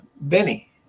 Benny